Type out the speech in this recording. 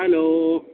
hello